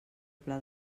pla